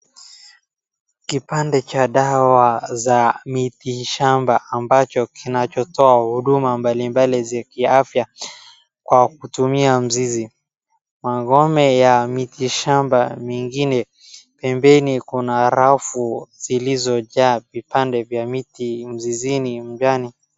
Kipande cha dawa za mitishamba ambacho kinachotoa huduma mbalimbali za kiafya kwa kutumia mzizi. Magome ya miti shamba mingine, pembeni kuna rafu zilizojaa vipande vya miti mzizini ndani.